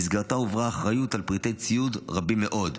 במסגרתה הועברה האחריות על פריטי ציוד רבים מאוד.